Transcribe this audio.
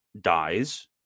dies